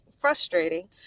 frustrating